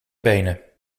benen